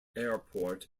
airport